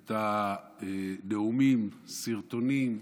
את הנאומים, הסרטונים,